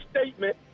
statement